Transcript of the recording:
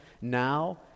now